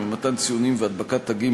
ממתן ציונים והדבקת תגים,